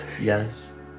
Yes